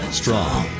strong